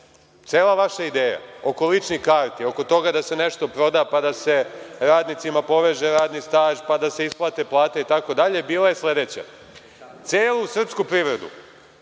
Cela vaša ideja oko ličnih karti, oko toga da se nešto proda pa da se radnicima poveže radni staž, pa da se isplate plate itd, bila je sledeća. Celu srpsku privredu